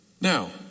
Now